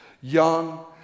young